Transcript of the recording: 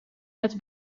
het